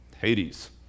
Hades